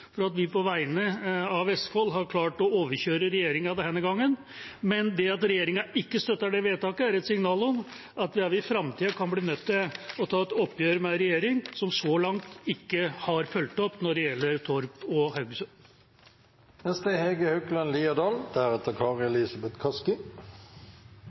for at vi på vegne av Vestfold har klart å overkjøre regjeringa denne gangen. Men det at regjeringa ikke støtter vedtaket, er et signal om at vi i framtida kan bli nødt til å ta et oppgjør med ei regjering som så langt ikke har fulgt opp når det gjelder Torp og